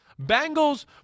Bengals